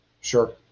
Sure